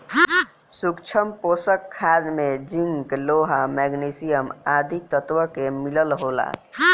सूक्ष्म पोषक खाद में जिंक, लोहा, मैग्निशियम आदि तत्व के मिलल होला